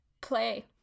play